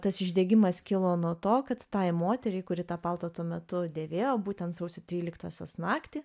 tas išdegimas kilo nuo to kad tai moteriai kuri tą paltą tuo metu dėvėjo būtent sausio tryliktosios naktį